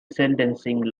sentencing